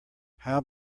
how